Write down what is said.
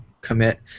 commit